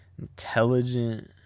Intelligent